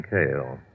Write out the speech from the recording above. Kale